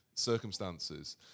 Circumstances